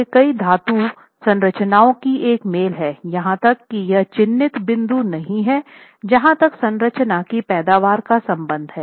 यह कई धातु संरचनाओं की एक मेल है यहां तक कि यह चिह्नित बिंदु नहीं है जहां तक संरचना की पैदावार का संबंध है